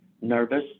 nervous